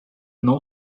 não